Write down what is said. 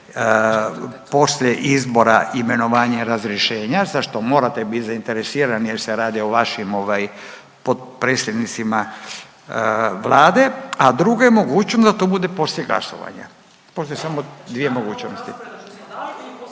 poslije izbora, imenovanja i razrješenja za što morate bit zainteresirani jer se radi o vašim ovaj potpredsjednicima Vlade, a druga je mogućnost je da to bude poslije glasovanja, postoje samo dvije mogućnosti.